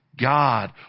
God